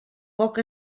poc